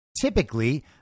typically